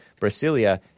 Brasilia